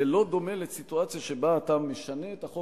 זה לא דומה לסיטואציה שבה אתה משנה את החוק